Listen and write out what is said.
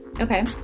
okay